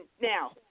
now